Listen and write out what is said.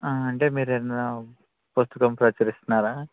ఆ అంటే మీరు ఏమైనా పుస్తకం ప్రచురిస్తున్నారా